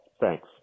Thanks